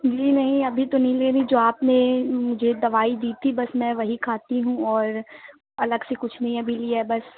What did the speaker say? جی نہیں ابھی تو نہیں لینی جو آپ نے جو دوائی دی تھی بس میں وہی کھاتی ہوں اور الگ سے کچھ نہیں ابھی لی ہے بس